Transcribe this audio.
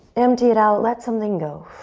empty it out. let something go.